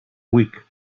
week